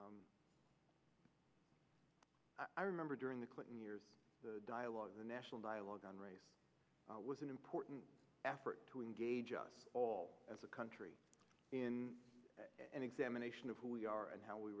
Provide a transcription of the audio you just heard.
please i remember during the clinton years dialogue the national dialogue on race was an important effort to engage us all as a country in an examination of who we are and how we